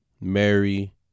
Mary